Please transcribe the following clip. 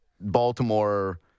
Baltimore